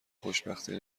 خوشبختی